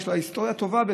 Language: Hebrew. יש לה היסטוריה טובה,